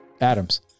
Adams